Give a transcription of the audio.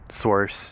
source